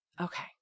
Okay